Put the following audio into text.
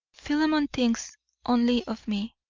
philemon thinks only of me.